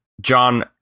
John